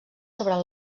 sobre